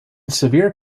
severe